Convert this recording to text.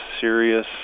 serious